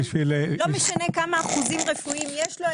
לא משנה כמה אחוזים רפואיים יש לו,